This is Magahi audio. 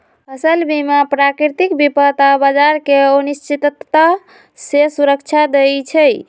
फसल बीमा प्राकृतिक विपत आऽ बाजार के अनिश्चितता से सुरक्षा देँइ छइ